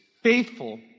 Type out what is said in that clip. faithful